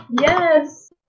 Yes